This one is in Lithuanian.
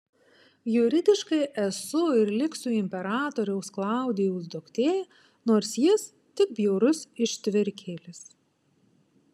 juridiškai esu ir liksiu imperatoriaus klaudijaus duktė nors jis tik bjaurus ištvirkėlis